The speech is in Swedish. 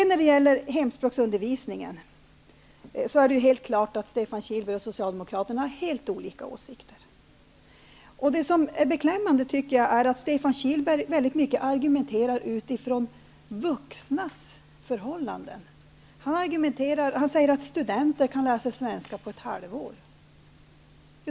När det gäller hemspråksundervisningen står det klart att Stefan Kihlberg och Socialdemokraterna har helt olika åsikter. Det är beklämmande att Stefan Kihlberg väldigt mycket argumenterar utifrån vuxnas förhållanden. Han sade att studenter kan lära sig svenska på ett halvår.